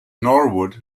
norwood